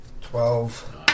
Twelve